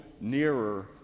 nearer